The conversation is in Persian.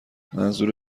منظور